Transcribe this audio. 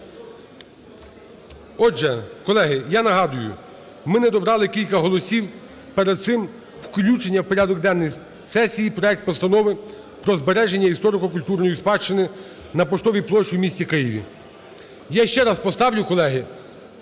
Отже, колеги, я нагадую, ми не добрали кілька голосів перед цим включення в порядок денний сесії проекту Постанови про збереження історико-культурної спадщини на Поштовій площі у місті Києві. Я ще раз поставлю, колеги,